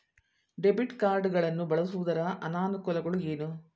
Debit card ಗಳನ್ನು ಬಳಸುವುದರ ಅನಾನುಕೂಲಗಳು ಏನು?